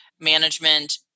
management